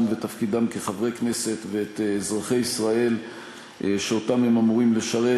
ותפקידם כחברי כנסת ואת אזרחי ישראל שאותם הם אמורים לשרת,